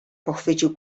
pochwycił